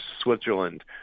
Switzerland